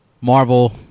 Marvel